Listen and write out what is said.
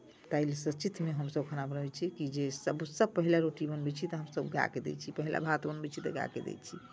ताहि लेल सचित्तमे हमसभ खाना बनबै छी की जे सभसँ पहिने रोटी बनबै छी तऽ हमसभ गायकेँ दै छी पहिला भात बनबै छी तऽ गायकेँ दै छी